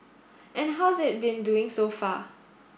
and how's it been doing so far